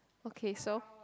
okay so